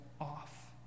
off